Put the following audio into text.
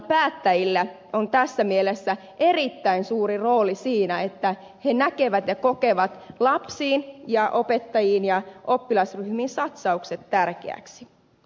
kuntapäättäjillä on tässä mielessä erittäin suuri rooli siinä että he näkevät ja kokevat lapsiin ja opettajiin ja oppilasryhmiin satsauksen tärkeäksi